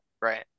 Right